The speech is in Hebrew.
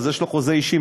אז יש לו חוזה אישי,